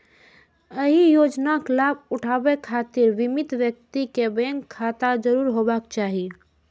एहि योजनाक लाभ उठाबै खातिर बीमित व्यक्ति कें बैंक खाता जरूर होयबाक चाही